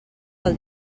del